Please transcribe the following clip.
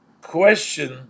question